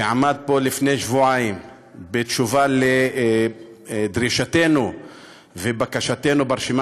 שעמד פה לפני שבועיים בתשובה על דרישתנו ובקשתנו ברשימה